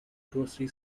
grocery